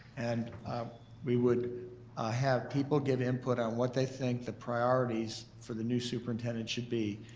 and we would have people give input on what they think the priorities for the new superintendent should be,